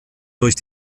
durch